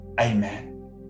Amen